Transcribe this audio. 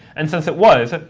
and since it was,